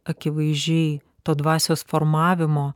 akivaizdžiai to dvasios formavimo